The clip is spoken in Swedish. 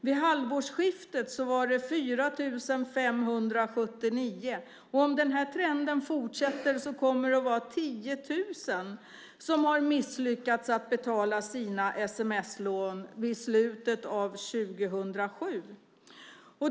Vid halvårsskiftet var det 4 579 ärenden. Om den trenden fortsätter kommer det att vara 10 000 personer som i slutet av 2007 inte har lyckats betala sina sms-lån.